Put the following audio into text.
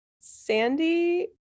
Sandy